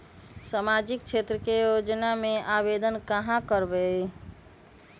सामाजिक क्षेत्र के योजना में आवेदन कहाँ करवे?